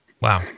Wow